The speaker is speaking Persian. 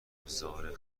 ابزار